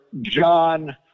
John